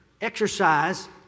Exercise